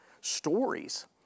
stories